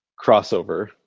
crossover